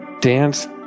dance